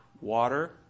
water